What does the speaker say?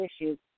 issues